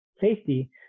safety